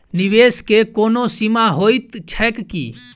निवेश केँ कोनो सीमा होइत छैक की?